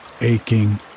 aching